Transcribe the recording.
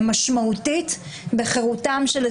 אומרת שלמעשה אנחנו יכולים לגרום לזה ש-12 ימים הקלות לא תיכנסנה לתוקף,